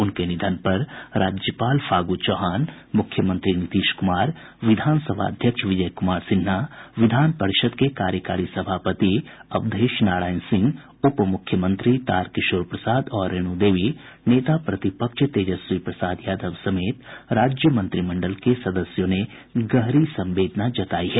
उनके निधन पर राज्यपाल फागू चौहान मुख्यमंत्री नीतीश कुमार विधानसभा अध्यक्ष विजय कुमार सिन्हा विधान परिषद के कार्यकारी सभापति अवधेश नारायण सिंह उप मुख्यमंत्री तारकिशोर प्रसाद और रेणु देवी नेता प्रतिपक्ष तेजस्वी प्रसाद यादव समेत राज्य मंत्रिमंडल के सदस्यों ने गहरी संवेदना जतायी है